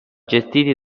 gestiti